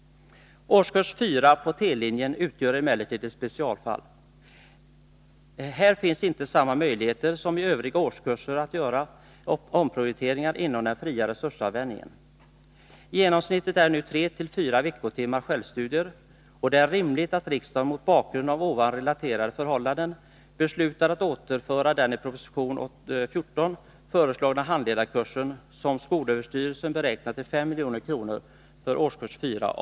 Årskurs 4 på T-linjen utgör emellertid ett specialfall. Här finns inte samma möjligheter som i övriga årskurser att göra omprioriteringar inom den fria resursanvändningen. Genomsnittet är nu tre till fyra veckotimmar självstudier, och det är rimligt att riksdagen mot bakgrund av nyss relaterade förhållanden beslutar att återföra den i proposition 1981/82:14 föreslagna handledarresursen för årskurs 4 av T-linjen, som skolöverstyrelsen beräknar till 5 milj.kr.